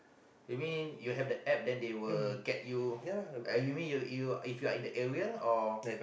you mean you have the App then they will get you uh you mean you you if you are in the area or